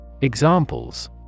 Examples